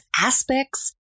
aspects